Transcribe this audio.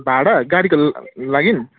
भाडा गाडीको लागि